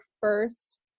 first